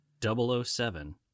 007